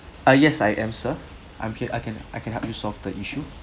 uh yes I am sir I'm here I can I can help you solve the issue